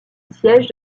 siège